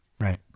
right